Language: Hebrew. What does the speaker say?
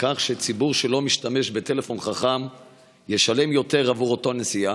כך שציבור שלא משתמש בטלפון חכם ישלם יותר בעבור אותה נסיעה?